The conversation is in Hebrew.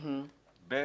שנית,